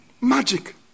magic